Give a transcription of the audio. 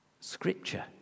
Scripture